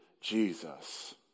Jesus